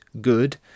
good